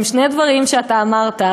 בשני דברים שאתה אמרת,